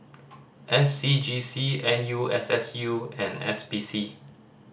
S C G C N U S S U and S P C